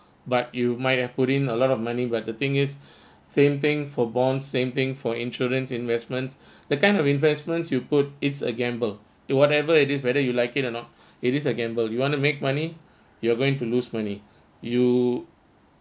but you might have put in a lot of money but the thing is same thing for bond same thing for insurance investments the kind of investments you put it's a gamble it whatever it is whether you like it or not it is a gamble you want to make money you're going to lose money you